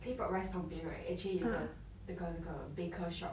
claypot rice 旁边 right actually 有一个那个那个 baker shop